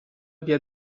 via